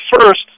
first